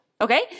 Okay